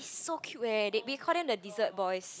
so cute eh they call them the desert boys